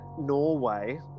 Norway